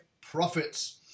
Profits